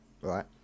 Right